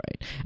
right